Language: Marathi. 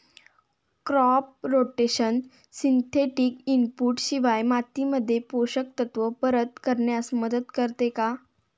क्रॉप रोटेशन सिंथेटिक इनपुट शिवाय मातीमध्ये पोषक तत्त्व परत करण्यास मदत करते का?